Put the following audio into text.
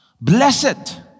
Blessed